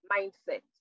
mindset